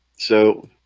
so